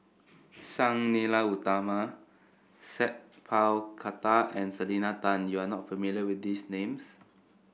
Sang Nila Utama Sat Pal Khattar and Selena Tan you are not familiar with these names